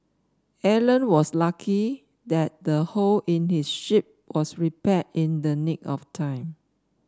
Alan was lucky that the hole in his ship was repaired in the nick of time